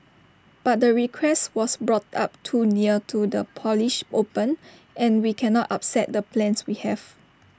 but the request was brought up too near to the polish open and we cannot upset the plans we have